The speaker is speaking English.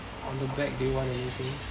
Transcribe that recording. on the back do you want anything